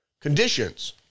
conditions